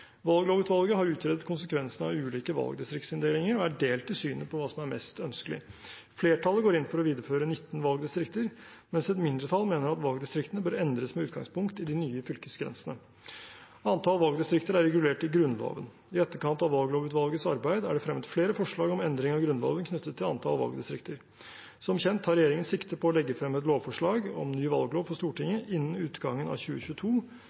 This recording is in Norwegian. Valglovutvalget har utredet konsekvensene av ulike valgdistriktsinndelinger og er delt i synet på hva som er mest ønskelig. Flertallet går inn for å videreføre 19 valgdistrikter, mens et mindretall mener at valgdistriktene bør endres med utgangspunkt i de nye fylkesgrensene. Antall valgdistrikter er regulert i Grunnloven. I etterkant av Valglovutvalgets arbeid er det fremmet flere forslag om endring av Grunnloven knyttet til antall valgdistrikter. Som kjent tar regjeringen sikte på å legge frem et lovforslag om ny valglov for Stortinget innen utgangen av 2022,